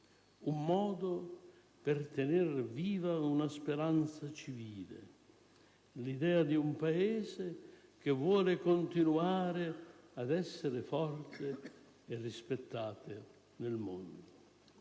un modo per tenere viva una speranza civile, l'idea di un Paese che vuole continuare ad essere forte e rispettato nel mondo.